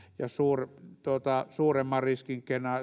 ja suuremman riskin